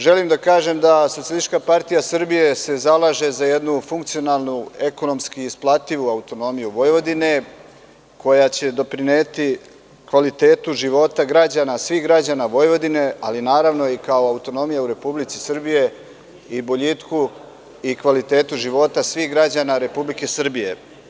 Želim da kažem da SPS se zalaže za jednu funkcionalnu, ekonomski isplativu autonomiju Vojvodine, koja će doprineti kvalitetu života svih građana Vojvodine, ali naravno, kao autonomija u Republici Srbiji, i boljitku i kvalitetu života svih građana Republike Srbije.